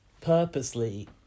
purposely